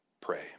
Pray